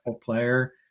player